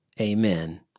Amen